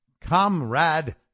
Comrade